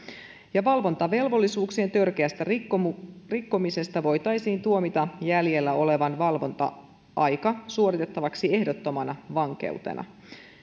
valvontavelvollisuuksien törkeästä rikkomisesta voitaisiin tuomita jäljellä oleva valvonta aika suoritettavaksi ehdottomana vankeutena